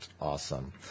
Awesome